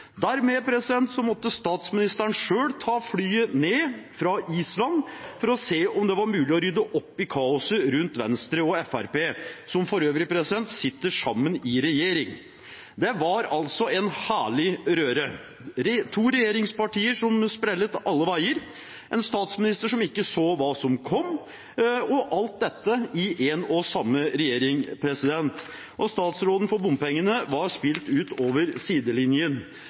Dermed måtte statsministeren selv ta flyet ned fra Island for å se om det var mulig å rydde opp i kaoset rundt Venstre og Fremskrittspartiet, som for øvrig sitter sammen i regjering. Det var altså en herlig røre: to regjeringspartier som sprellet alle veier, en statsminister som ikke så hva som kom, og alt dette i en og samme regjering. Statsråden for bompengene var spilt ut over sidelinjen.